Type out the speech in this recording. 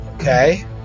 Okay